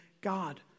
God